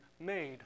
made